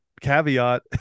caveat